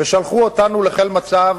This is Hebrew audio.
ושלחו אותנו לחיל מצב,